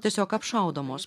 tiesiog apšaudomos